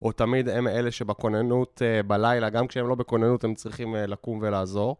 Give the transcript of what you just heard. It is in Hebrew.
או תמיד הם אלה שבכוננות בלילה, גם כשהם לא בכוננות הם צריכים לקום ולעזור.